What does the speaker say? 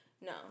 no